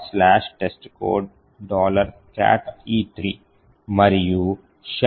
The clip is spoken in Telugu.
testcode మరియు షెల్ సృష్టించబడినట్లు మనం చూస్తాము